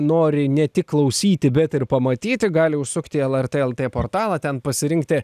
nori ne tik klausyti bet ir pamatyti gali užsukti į lrt lt portalą ten pasirinkti